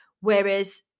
whereas